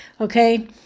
okay